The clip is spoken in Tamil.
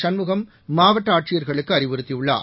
சண்முகம் மாவட்ட ஆட்சியர்களுக்கு அறிவுறுத்தியுள்ளார்